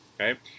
okay